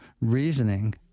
reasoning